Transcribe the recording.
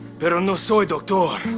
pero no soy doctor.